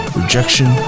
rejection